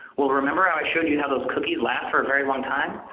well, remember how i showed you and how those cookies last for a very long time,